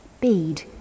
bead